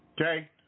okay